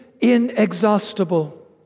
inexhaustible